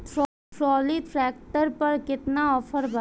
Trolley tractor पर केतना offer बा?